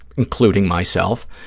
including myself,